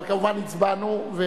אבל כמובן הצבענו.